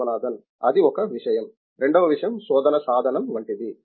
విశ్వనాథన్ అది ఒక విషయం రెండవ విషయం శోధన సాధనం వంటిది